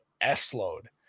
S-load